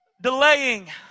delaying